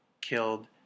killed